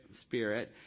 spirit